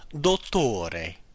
dottore